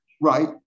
Right